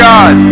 God